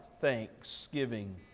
thanksgiving